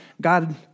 God